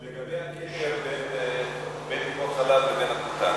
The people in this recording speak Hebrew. לגבי הקשר בין טיפות-חלב לבין התמותה?